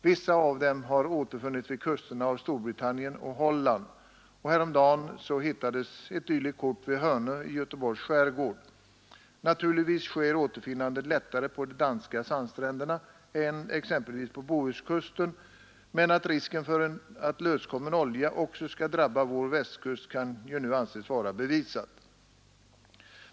Vissa av dem har återfunnits vid kusterna av Storbritannien och Holland. Häromdagen hittades ett dylikt kort vid Hönö i Göteborgs skärgård. Naturligtvis sker återfinnandet lättare på de danska sandstränderna än exempelvis på Bohuskusten, men att risken för att löskommen olja också skall drabba vår västkust kan ju anses vara bevisat.